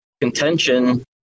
contention